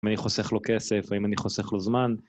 האם אני חוסך לו כסף, האם אני חוסך לו זמן.